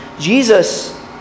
Jesus